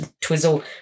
Twizzle